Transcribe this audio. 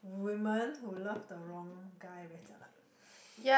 women who love the wrong guy very jialat